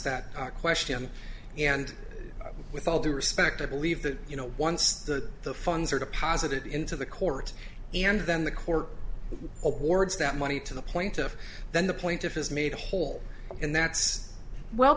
that question and with all due respect i believe that you know once that the funds are deposited into the court and then the court orders that money to the point of then the point of has made a hole and that's well